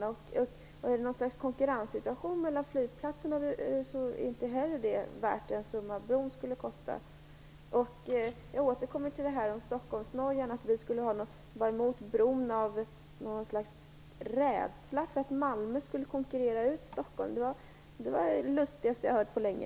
Om det är något slags konkurrenssituation mellan flygplatserna är det inte heller värt den summa bron skulle kosta. Jag återkommer till detta med "Stockholmsnojan", dvs. att vi skulle vara mot bron av rädsla för att Malmö konkurrerar ut Stockholm. Det är det lustigaste jag har hört på länge.